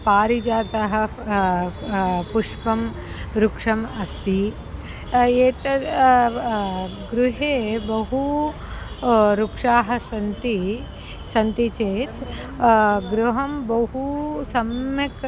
पारिजातः पुष्पस्य वृक्षः अस्ति एतद् गृहे बहवः वृक्षाः सन्ति सन्ति चेत् गृहं बहु सम्यक्